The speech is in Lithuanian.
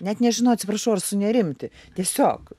net nežinau atsiprašau ar sunerimti tiesiog